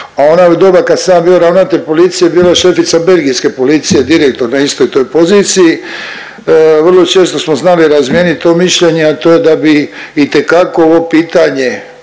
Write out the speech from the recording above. je u doba kad sam ja bio ravnatelj policije bila je šefica belgijske policije direktor na istoj toj poziciji, vrlo često smo znali razmijenit to mišljenje, a to je da bi itekako ovo pitanje